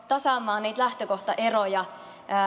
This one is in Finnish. tasaamaan niitä lähtökohtaeroja